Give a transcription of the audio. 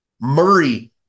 Murray